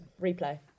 replay